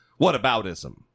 whataboutism